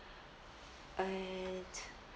and